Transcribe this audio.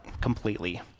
completely